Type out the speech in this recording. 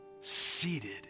seated